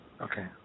Okay